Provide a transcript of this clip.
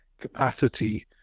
capacity